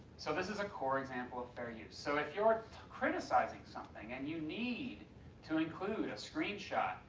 so this is core example of fair use. so if you're criticizing something and you need to include a screenshot,